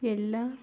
ಎಲ್ಲ